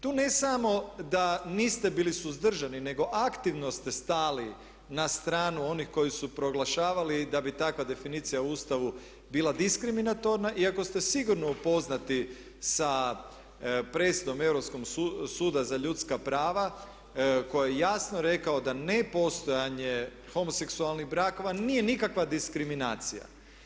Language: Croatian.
Tu ne samo da niste bili suzdržani nego aktivno ste stali na stranu onih koji su proglašavali da bi takva definicija u Ustavu bila diskriminatorna ikako ste sigurno upoznati sa presudom Europskog suda za ljudska prava koji je jasno rekao da ne postojanje homoseksualnih brakova nije nikakva diskriminacija.